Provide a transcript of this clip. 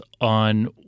on